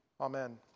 Amen